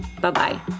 Bye-bye